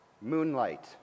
Moonlight